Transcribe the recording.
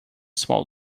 small